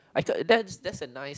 I thought that's that's a nice